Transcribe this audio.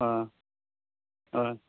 आं होय